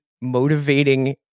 motivating